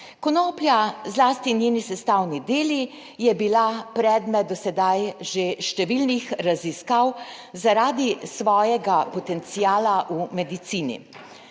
Konoplja, zlasti njeni sestavni deli, je bila predmet do sedaj že številnih raziskav zaradi svojega potenciala v medicini;